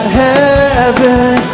heaven